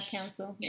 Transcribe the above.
Council